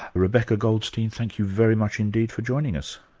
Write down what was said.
rebecca goldstein, thank you very much indeed for joining us.